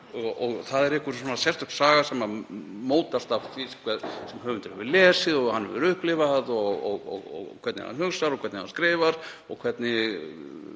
og það er einhver sérstök saga sem mótast af því sem höfundur hefur lesið og hefur upplifað og því hvernig hann hugsar og hvernig hann skrifar og hvernig